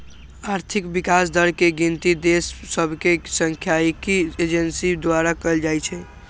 आर्थिक विकास दर के गिनति देश सभके सांख्यिकी एजेंसी द्वारा कएल जाइ छइ